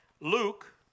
Luke